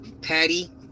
Patty